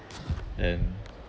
and